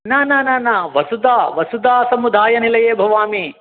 न न न न वसुधा वसुधा समुदायनिलये भवामि